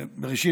ראשית,